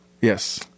Yes